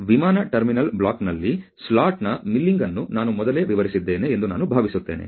ಆದ್ದರಿಂದ ವಿಮಾನ ಟರ್ಮಿನಲ್ ಬ್ಲಾಕ್ನಲ್ಲಿ ಸ್ಲಾಟ್ನ ಮಿಲ್ಲಿಂಗ್ ಅನ್ನು ನಾನು ಮೊದಲೇ ವಿವರಿಸಿದ್ದೇನೆ ಎಂದು ನಾನು ಭಾವಿಸುತ್ತೇನೆ